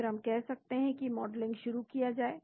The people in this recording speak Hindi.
फिर कह सकते हैं कि मॉडलिंग शुरू किया जाए